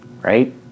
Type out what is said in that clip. right